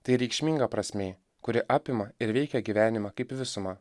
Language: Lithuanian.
tai reikšminga prasmė kuri apima ir veikia gyvenimą kaip visumą